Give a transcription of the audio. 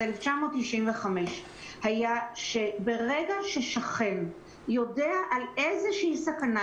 1995 היה שברגע ששכן יודע על איזושהי סכנה,